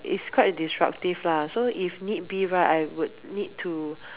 it's quite disruptive lah so if need be right I would need to